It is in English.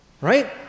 right